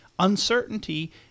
uncertainty